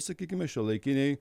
sakykime šiuolaikinei